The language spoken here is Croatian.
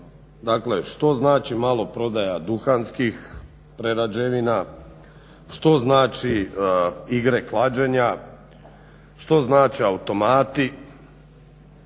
Dakle, što znači maloprodaja duhanskih prerađevina, što znači igre klađenja, što znače automati